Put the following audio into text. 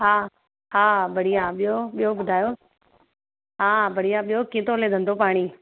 हा हा बढ़िया ॿियों ॿियों ॿुधायो हा बढ़िया ॿियों कीअं थो हले धंधो पाणी